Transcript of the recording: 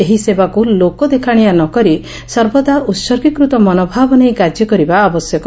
ଏହି ସେବାକୁ ଲୋକଦେଖାଣିଆ ନ କରି ସର୍ବଦା ଉହର୍ଗୀକୃତ ମନୋଭାବ ନେଇ କାର୍ଯ୍ୟ କରିବା ଆବଶ୍ୟକ